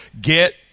Get